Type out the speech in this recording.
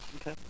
Okay